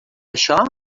això